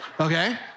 Okay